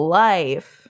life